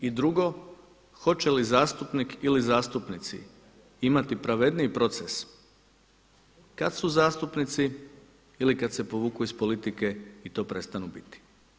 I drugo, hoće li zastupnik ili zastupnici imati pravedniji proces kada su zastupnici ili kada se povuku iz politike i to prestanu biti.